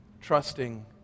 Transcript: trusting